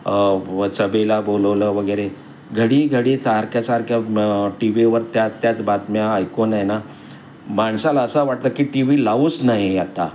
व सभेला बोलवलं वगैरे घडी घडी सारख्यासारख्या टी वीवर त्यात त्याच बातम्या ऐकून आहे ना माणसाला असं वाटलं की टी व्ही लावूच नाही आता